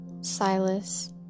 Silas